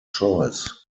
choice